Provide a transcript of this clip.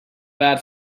bad